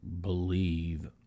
believe